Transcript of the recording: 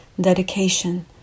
dedication